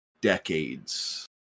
decades